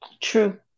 True